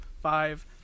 five